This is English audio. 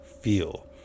feel